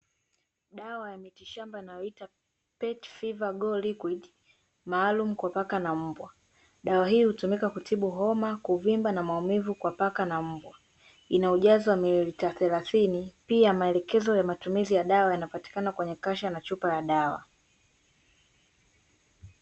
Dawa ya miti shamba inayoitwa (PET FEVER GO LIQUID) maalum kwa paka na mbwa. Dawa hii hutumika kutibu homa, kuvimba na maumivu kwa paka na mbwa. Ina ujazo wa mililita thelathini, pia maelekezo ya matumizi ya dawa yanapatikana kwenye kasha na chupa ya dawa.